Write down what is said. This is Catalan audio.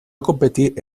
competir